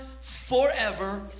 forever